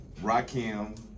Rakim